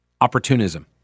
Opportunism